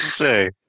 say